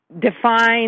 define